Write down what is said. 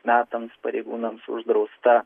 metams pareigūnams uždrausta